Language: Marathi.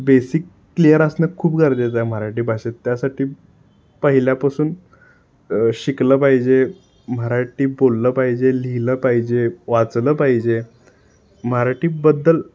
बेसिक क्लिअर असणं खूप गरजेचं आहे मराठी भाषेत त्यासाठी पहिल्यापासून शिकलं पाहिजे मराठी बोललं पाहिजे लिहिलं पाहिजे वाचलं पाहिजे मराठीबद्दल